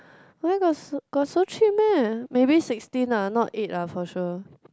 where got so got so cheap meh maybe sixteen ah not eight ah for sure